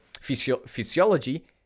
physiology